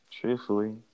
Truthfully